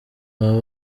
baba